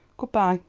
good-bye.